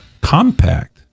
Compact